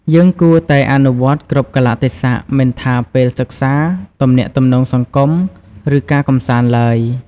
យើងគួរតែអនុវត្ត គ្រប់កាលៈទេសៈ មិនថាពេលសិក្សា ទំនាក់ទំនងសង្គម ឬការកម្សាន្តឡើយ។